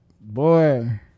boy